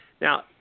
now